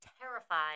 terrified